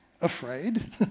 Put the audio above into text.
afraid